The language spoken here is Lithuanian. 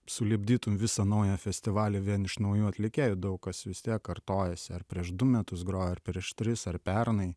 sulipdytum visą naują festivalį vien iš naujų atlikėjų daug kas vis tiek kartojasi ar prieš du metus grojo ar prieš tris ar pernai